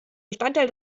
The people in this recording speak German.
bestandteil